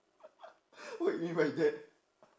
what you mean by that